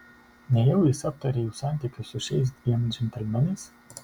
nejau jis aptarė jų santykius su šiais dviem džentelmenais